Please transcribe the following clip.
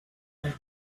and